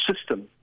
system